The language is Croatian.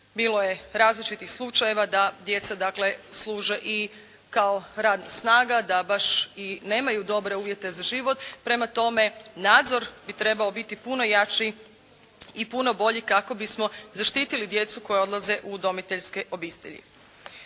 Bilo je različitih slučajeva da djeca dakle služe i kao radna snaga, da baš i nemaju dobre uvjete za život. Prema tome, nadzor bi trebao biti puno jači i puno bolji kako bismo zaštitili djecu koja odlaze u udomiteljske obitelji.